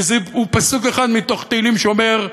הוא פסוק אחד מתוך תהילים שאומר: